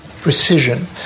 precision